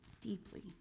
deeply